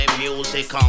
music